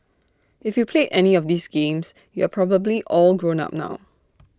if you played any of these games you are probably all grown up now